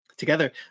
Together